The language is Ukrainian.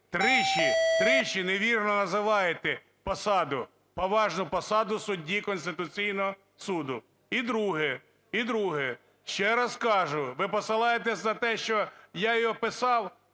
тричі, тричі невірно називаєте посаду, поважну посаду судді Конституційного Суду. І друге. І друге. Ще раз кажу, ви посилаєтесь на те, що я його писав?